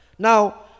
Now